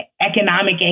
economic